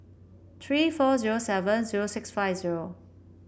three four zero seven zero six five zero